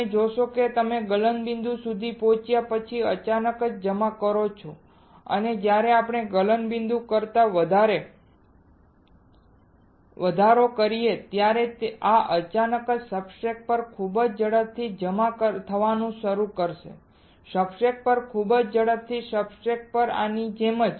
તમે જોશો કે જ્યારે તમે ગલનબિંદુ સુધી પહોંચ્યા પછી અચાનક જમા કરો છો અને જ્યારે આપણે ગલનબિંદુ કરતાં વધારે વધારો કરીએ ત્યારે આ અચાનક સબસ્ટ્રેટ પર ખૂબ જ ઝડપથી જમા થવાનું શરૂ કરશે સબસ્ટ્રેટ પર ખૂબ જ ઝડપથી સબસ્ટ્રેટ પર આની જેમ